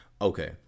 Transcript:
Okay